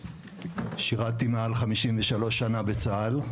שֵׁרַתִּי מעל 53 שנה בצה"ל,